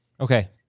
Okay